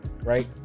right